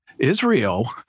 Israel